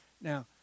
Now